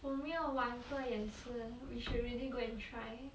我没有玩过也是 we should really go and try